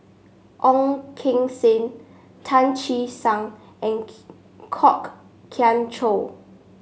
Ong Keng Sen Tan Che Sang and Kwok Kian Chow